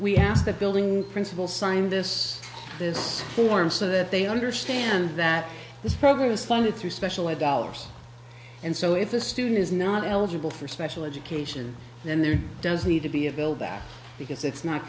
the building principal sign this this form so that they understand that this program is funded through special ed dollars and so if the student is not eligible for special education then there does need to be a bill back because it's not